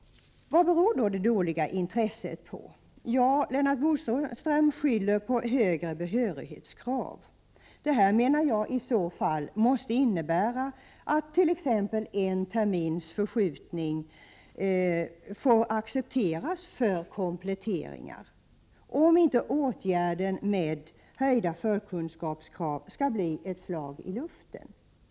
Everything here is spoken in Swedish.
Vad beror det dåliga intresset på? Lennart Bodström skyller på högre behörighetskrav. Jag menar att det i så fall måste innebära att t.ex. en termins förskjutning får accepteras för kompletteringar, om inte åtgärden med höjda förkunskapskrav skall bli ett slag i luften.